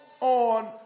on